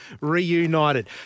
reunited